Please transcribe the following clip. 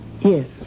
Yes